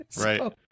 Right